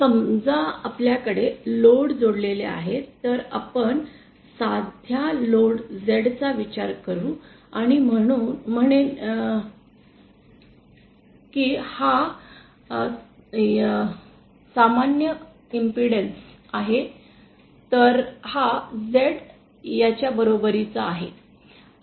समजा आपल्याकडे लोड जोडलेले आहे तर आपण साध्या लोड Z चा विचार करू आणि म्हणेन की हा सामान्य पणाचा इम्पेडन्स आहे तर हा z याच्या बरोबरीचा आहे